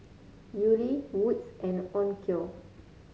Yuri Wood's and Onkyo